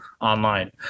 online